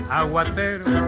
aguatero